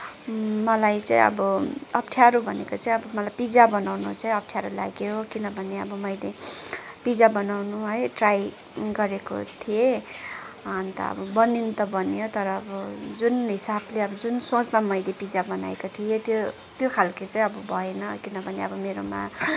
मलाई चाहिँ अब अप्ठ्यारो भनेको चाहिँ मलाई अब पिज्जा बनाउन चाहिँ अप्ठ्यारो लाग्यो किनभने अब मैले पिज्जा बनाउनु है ट्राई गरेको थिएँ अन्त अब बनिनु त बनियो तर अब जुन हिसाबमा जुन सोचमा मैले पिज्जा बनाएको थिएँ त्यो त्यो खालको चाहिँ अब भएन किनभने अब मेरोमा